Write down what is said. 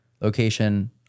location